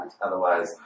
otherwise